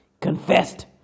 confessed